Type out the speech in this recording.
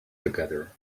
together